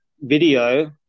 video